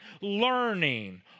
learning